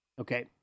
Okay